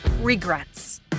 regrets